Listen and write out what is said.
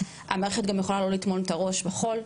המערכת גם יכולה לא לטמון את הראש בחול,